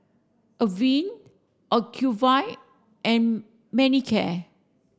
Avene Ocuvite and Manicare